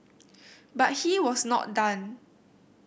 but he was not done